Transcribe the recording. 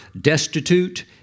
destitute